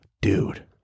Dude